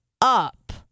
up